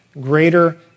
greater